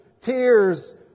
tears